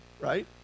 right